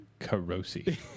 Carosi